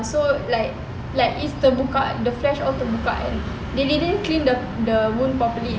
so like like it's terbuka the flesh all terbuka they didn't clean the the wound properly